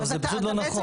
זה פשוט לא נכון.